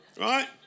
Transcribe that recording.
Right